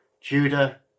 Judah